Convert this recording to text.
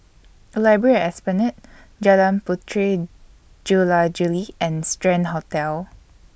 Library At Esplanade Jalan Puteri Jula Juli and Strand Hotel